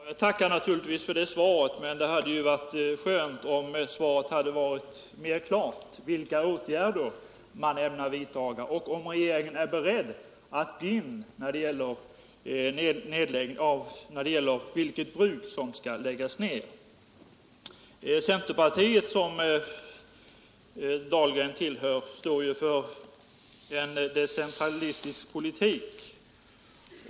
Herr talman! Jag tackar naturligtvis för det svaret. Men det hade varit skönt om det av svaret klart hade framgått vilka åtgärder regeringen ämnar vidta och om regeringen är beredd att gå in i diskussionen om vilket bruk som skall läggas ned. Centerpartiet. som Anders Dahlgren tillhör, står ju för en decentralistisk politik.